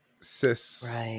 cis